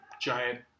giant